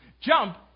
jump